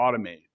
automate